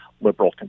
liberal